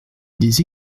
des